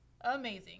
Amazing